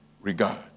regard